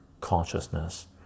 consciousness